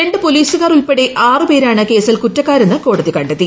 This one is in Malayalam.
രണ്ട് പോലീസുകാർ ഉൾപ്പെടെ ആറ് പേരാണ് കേസിൽ കുറ്റക്കാരെന്ന് കോടതി കണ്ടെത്തി